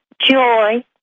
joy